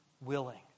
willing